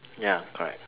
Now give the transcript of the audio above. ya correct